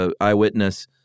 eyewitness